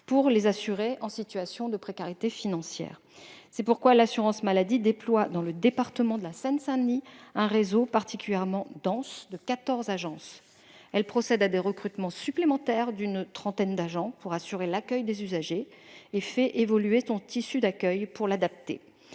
pour les assurés en situation de précarité financière. C'est pourquoi l'assurance maladie déploie, dans le département de la Seine-Saint-Denis, un réseau particulièrement dense de quatorze agences. Elle procède à des recrutements supplémentaires d'une trentaine d'agents pour assurer l'accueil des usagers et fait évoluer son tissu d'accueil pour l'adapter.